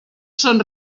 són